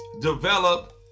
develop